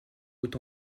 haut